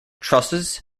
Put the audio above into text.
trusses